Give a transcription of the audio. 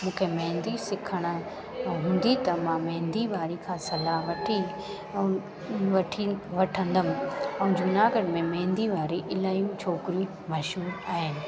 मूंखे मेंदी सिखणी हूंदी त मां मेंदी वारीअ खां सलाह वठी ऐं वठी वठंदमि ऐं जूनागढ़ में मेंदी वारी इलाही छोकिरियूं मशहूर आहिनि